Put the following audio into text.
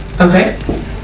Okay